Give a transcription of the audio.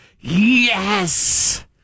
Yes